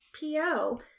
PO